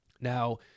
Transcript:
Now